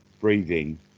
breathing